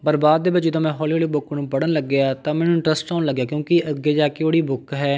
ਪਰ ਬਾਅਦ ਦੇ ਵਿੱਚ ਜਦੋਂ ਮੈਂ ਹੌਲੀ ਹੌਲੀ ਬੁੱਕ ਨੂੰ ਪੜ੍ਹਨ ਲੱਗਿਆ ਤਾਂ ਮੈਨੂੰ ਇੰਟਰਸਟ ਆਉਣ ਲੱਗਿਆ ਕਿਉਂਕਿ ਅੱਗੇ ਜਾ ਕੇ ਉਹ ਜਿਹੜੀ ਬੁੱਕ ਹੈ